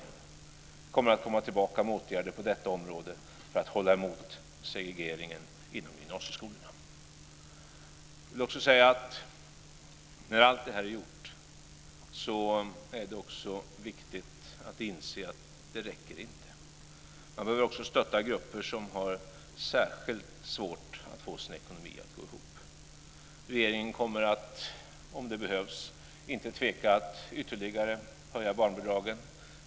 Vi kommer att komma tillbaka med åtgärder på detta område för att hålla emot segregeringen inom gymnasieskolorna. Jag vill också säga att när allt detta är gjort är det också viktigt att inse att det inte räcker. Vi behöver också stötta grupper som har särskilt svårt att få sin ekonomi att gå ihop. Om det behövs kommer regeringen inte att tveka att ytterligare höja barnbidragen.